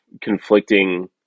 conflicting